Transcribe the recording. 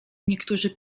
niektórzy